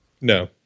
No